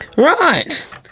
right